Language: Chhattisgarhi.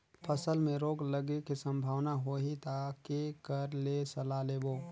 फसल मे रोग लगे के संभावना होही ता के कर ले सलाह लेबो?